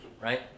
right